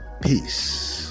peace